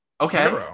Okay